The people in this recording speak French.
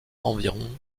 environ